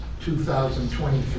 2023